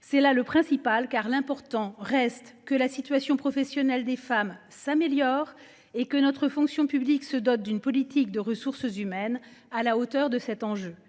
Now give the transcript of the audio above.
C'est là le principal car l'important reste que la situation professionnelle des femmes s'améliore et que notre fonction publique se dote d'une politique de ressources humaines à la hauteur de cet enjeu.